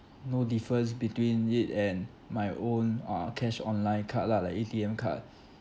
no difference between it and my own uh cash online card lah like A_T_M card